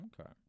Okay